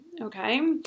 Okay